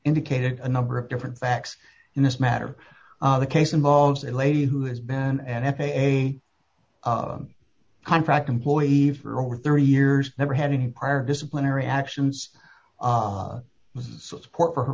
indicated a number of different facts in this matter the case involves a lady who has been an f a a contract employee for over thirty years never had any prior disciplinary actions support for her